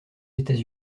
états